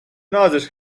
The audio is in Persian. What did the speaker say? نازش